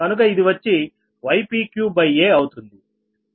కనుక ఇది వచ్చి ypqaఅవుతుంది